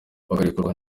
bakarekurwa